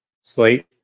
slate